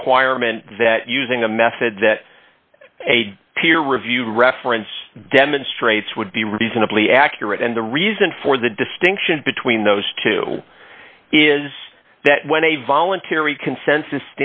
requirement that using a method that a peer review reference demonstrates would be reasonably accurate and the reason for the distinction between those two is that when a voluntary consensus